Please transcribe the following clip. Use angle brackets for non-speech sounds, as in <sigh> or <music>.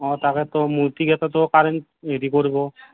অঁ তাকেতো মূৰ্ত্তি কেইটাতো কাৰেণ্ট <unintelligible> কৰিব